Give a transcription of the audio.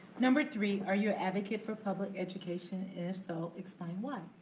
number three. are you a advocate for public education, if so, explain why.